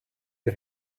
die